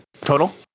total